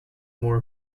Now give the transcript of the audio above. more